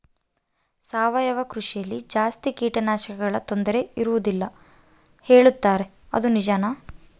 ಸಾವಯವ ಕೃಷಿಯಲ್ಲಿ ಜಾಸ್ತಿ ಕೇಟನಾಶಕಗಳ ತೊಂದರೆ ಇರುವದಿಲ್ಲ ಹೇಳುತ್ತಾರೆ ಅದು ನಿಜಾನಾ?